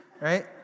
right